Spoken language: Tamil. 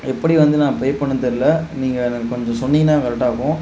எப்படி வந்து நான் பே பண்ணணும் தெரில நீங்கள் எனக்கு கொஞ்சம் சொன்னீங்கன்னால் கரெக்டாக இருக்கும்